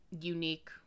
unique